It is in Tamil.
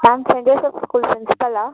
ma'am saint Joseph school ப்ரின்ஸ்பாலா